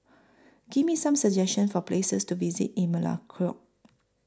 Give Me Some suggestions For Places to visit in Melekeok